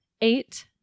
Eight